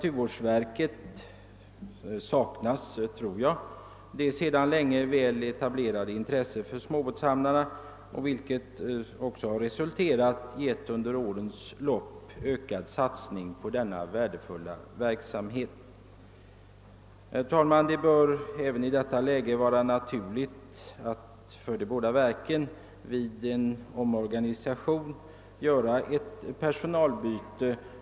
Jag tror att det sedan länge väl etablerade intresset för småbåtshamnarna saknas inom naturvårdsverket. Detta har också resulterat i en under årens lopp ökad satsning på denna värdefulla verksamhet. Herr talman! Det bör även i detta läge vara naturligt att man vid en omorganisation gör ett personalbyte i de båda verken.